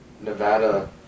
Nevada